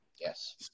yes